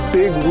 big